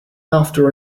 after